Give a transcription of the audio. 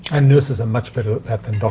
and nurses are much better at that